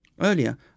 Earlier